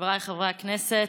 חבריי חברי הכנסת,